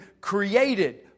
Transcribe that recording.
created